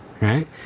Right